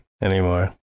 Anymore